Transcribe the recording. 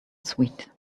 sweet